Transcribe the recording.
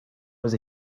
was